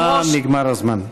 מזמן נגמר הזמן.